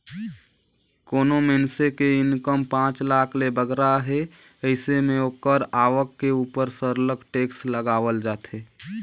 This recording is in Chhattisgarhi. कोनो मइनसे के इनकम पांच लाख ले बगरा हे अइसे में ओकर आवक के उपर सरलग टेक्स लगावल जाथे